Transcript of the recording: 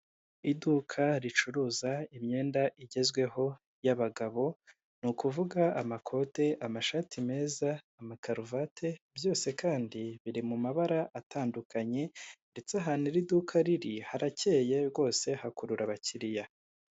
Iduka ricuruza imyenda igezweho y'abagabo, ni ukuvuga amakote, amashati meza, amakaruvati, byose kandi biri mu mabara atandukanye ndetse ahantu iri duka riri, harakeye rwose hakurura abakiliya.